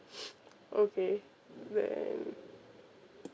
okay when